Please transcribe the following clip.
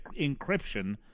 encryption